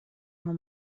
her